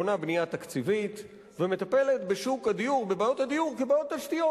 בונה בנייה תקציבית ומטפלת בבעיות הדיור כבעיות תשתיות.